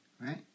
Right